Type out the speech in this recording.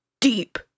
deep